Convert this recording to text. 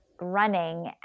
running